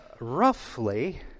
roughly